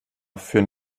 führen